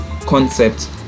concept